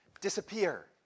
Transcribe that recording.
disappear